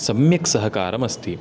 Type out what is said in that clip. सम्यक् सहकारम् अस्ति